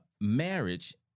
marriage